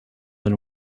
than